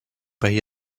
bay